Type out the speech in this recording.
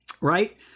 Right